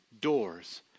doors